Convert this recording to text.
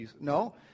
No